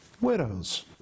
widows